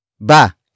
Ba